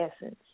essence